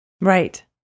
Right